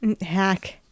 hack